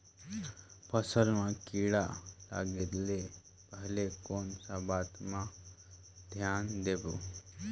फसल मां किड़ा लगे ले पहले कोन सा बाता मां धियान देबो?